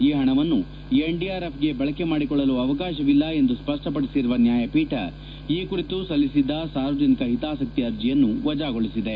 ಈ ಪಣವನ್ನು ಎನ್ಡಿಆರ್ಎಫ್ಗೆ ಬಳಕೆ ಮಾಡಿಕೊಳ್ಳಲು ಅವಕಾಶವಿಲ್ಲ ಎಂದು ಸ್ಪಷ್ಪಡಿಸಿರುವ ನ್ಯಾಯಪೀಠ ಈ ಕುರಿತು ಸಲ್ಲಿಸಿದ್ದ ಸಾರ್ವಜನಿಕ ಹಿತಾಸಕ್ತಿ ಅರ್ಜಿಯನ್ನು ವಜಾಗೊಳಿಸಿದೆ